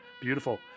beautiful